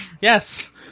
Yes